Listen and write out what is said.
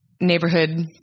neighborhood